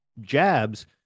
jabs